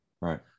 Right